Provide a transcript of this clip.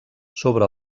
sobre